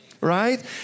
right